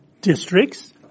districts